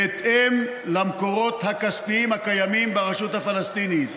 בהתאם למקורות הכספיים הקיימים ברשות הפלסטינית".